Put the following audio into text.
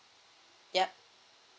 yup